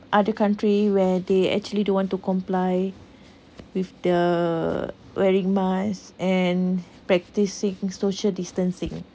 other country where they actually don't want to comply with the wearing mask and practicing social distancing